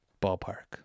Ballpark